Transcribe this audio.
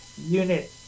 unit